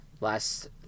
last